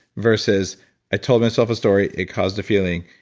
versus i told myself a story, it caused a feeling,